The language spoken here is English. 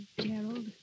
Gerald